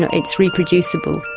and it's reproducible,